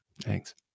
Thanks